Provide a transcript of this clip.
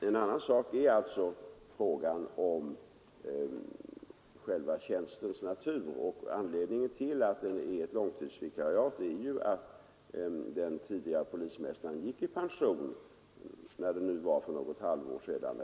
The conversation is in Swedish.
En annan sak är frågan om själva tjänstens natur. Anledningen till att den är ett långtidsvikariat är att den föregående polismästaren gick i pension för någon tid sedan.